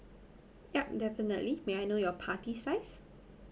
yup definitely may I know your party size